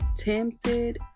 Tempted